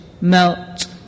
melt